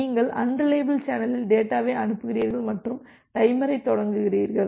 நீங்கள் அன்ரிலையபில் சேனலில் டேட்டாவை அனுப்புகிறீர்கள் மற்றும் டைமரைத் தொடங்குகிறீர்கள்